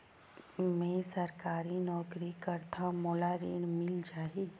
मै सरकारी नौकरी करथव मोला ऋण मिल जाही?